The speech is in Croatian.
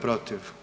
protiv?